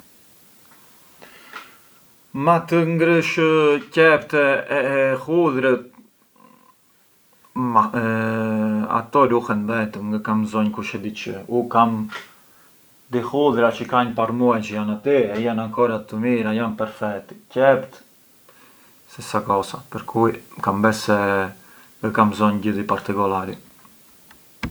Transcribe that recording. Ma të ngrësh qepë e hudhrë, ma ato ruhen vetëm, ngë kan mbzonjë kush e di çë, u kam di hudhra çë ka një par muaj çë jan ati e jan ancora të mira, jan perfetti, qept a stessa cosa.